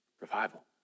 Revival